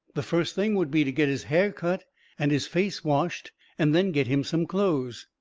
the first thing would be to get his hair cut and his face washed and then get him some clothes.